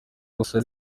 gusa